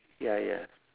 ya ya